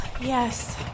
Yes